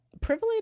privilege